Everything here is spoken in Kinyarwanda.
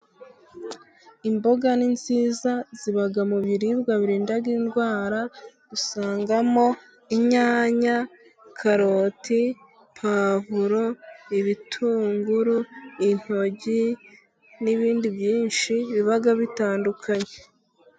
Imboga ni nziza ziba mu biribwa barinda indwara dusangamo inyanya, karoti ,pavuro ,ibitunguru ,intoryi n'ibindi byinshi biba bitandukanye.